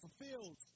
fulfilled